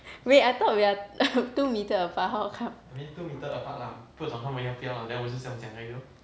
wait I thought we are two metre apart how come